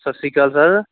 Sat Shri Akal sir